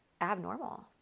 abnormal